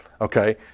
okay